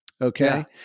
Okay